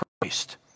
christ